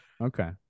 Okay